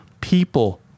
people